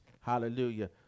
Hallelujah